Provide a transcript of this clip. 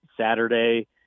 Saturday